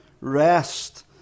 rest